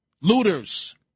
looters